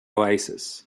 oasis